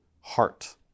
heart